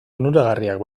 onuragarriak